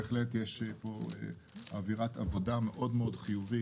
יש פה בהחלט אווירת עבודה מאוד חיובית,